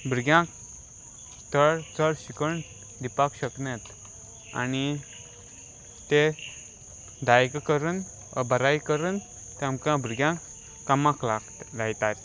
भुरग्यांक चळ चड शिकण दिवपाक शकन आनी ते दायक करून वा बराय करून ते आमकां भुरग्यांक कामाक लाग लायतात